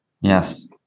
yes